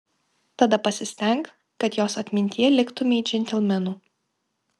tada pasistenk kad jos atmintyje liktumei džentelmenu